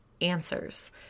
answers